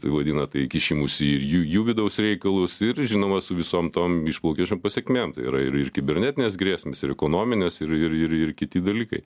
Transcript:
tai vadina tai kišimusi į jų jų vidaus reikalus ir žinoma su visom tom išplaukiančiom pasekmėm tai yra ir ir kibernetinės grėsmės ir ekonominės ir ir ir ir kiti dalykai